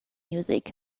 music